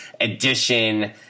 edition